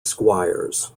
squires